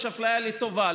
יש אפליה לטובה,